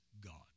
God